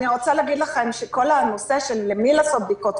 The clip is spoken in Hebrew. אני רוצה להגיד לכם שכל הנושא של למי לעשות בדיקות,